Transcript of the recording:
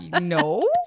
no